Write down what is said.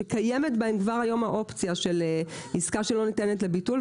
שקיימת בהם כבר היום האופציה של עסקה שלא ניתנת לביטול,